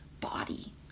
body